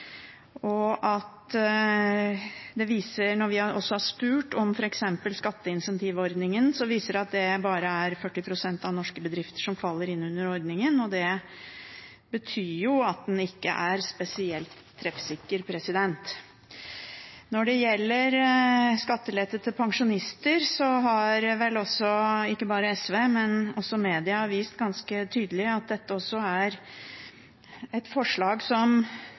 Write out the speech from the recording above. Når vi også har spurt om f.eks. skatteincentivordningen, viser det seg at det bare er 40 pst. av norske bedrifter som faller inn under ordningen, og det betyr jo at den ikke er spesielt treffsikker. Når det gjelder skattelette til pensjonister, har vel ikke bare SV, men også media vist ganske tydelig at dette også er et forslag som